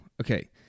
Okay